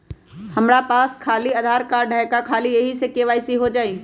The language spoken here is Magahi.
हमरा पास खाली आधार कार्ड है, का ख़ाली यही से के.वाई.सी हो जाइ?